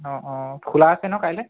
অঁ অঁ খোলা আছে ন কাইলৈ